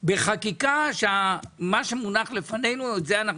בחקיקה שמה שמונח לפנינו את זה אנחנו